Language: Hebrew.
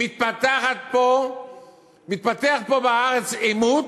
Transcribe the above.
מתפתח פה בארץ עימות,